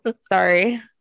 Sorry